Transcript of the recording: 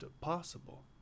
possible